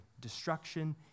Destruction